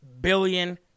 billion